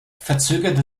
verzögerte